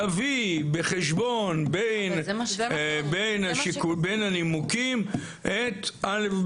יביא בחשבון בין הנימוקים את אל"ף,